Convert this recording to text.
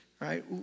right